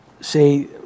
say